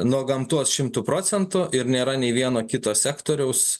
nuo gamtos šimtu procentų ir nėra nei vieno kito sektoriaus